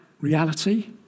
reality